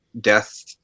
death